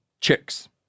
chicks